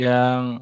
Yang